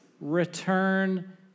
return